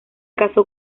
caso